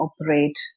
operate